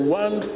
one